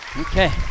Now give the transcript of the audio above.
Okay